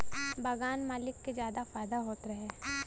बगान मालिक के जादा फायदा होत रहे